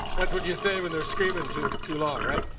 that's what you say when they're screaming too too long, right?